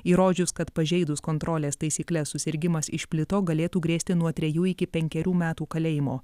įrodžius kad pažeidus kontrolės taisykles susirgimas išplito galėtų grėsti nuo trejų iki penkerių metų kalėjimo